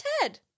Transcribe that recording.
Ted